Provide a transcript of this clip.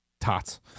Tots